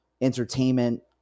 entertainment